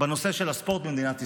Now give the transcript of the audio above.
בנושא של הספורט במדינת ישראל.